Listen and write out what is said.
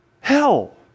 hell